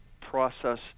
process